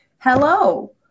Hello